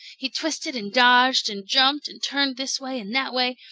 he twisted and dodged and jumped and turned this way and that way,